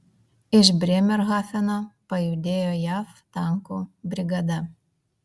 iš brėmerhafeno pajudėjo jav tankų brigada